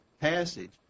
passage